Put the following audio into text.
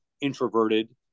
introverted